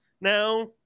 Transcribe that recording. now